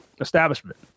establishment